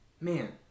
Man